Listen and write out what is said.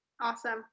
Awesome